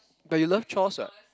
but you love chores [what]